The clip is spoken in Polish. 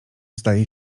zdaje